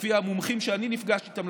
לפי המומחים שאני נפגשתי איתם,